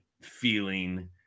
feeling